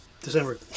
December